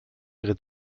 ihre